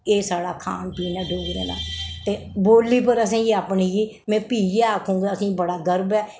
एह् साढ़ा खान पीन ऐ डोगरें दा ते बोल्ली पर असें गी अपनी गी में भी इ'यै आखङ असें गी बड़ा गर्व ऐ